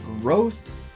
growth